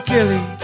Gilly